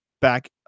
back